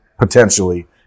potentially